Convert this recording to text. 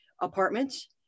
apartments